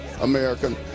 american